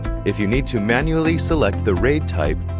if you need to manually select the raid type,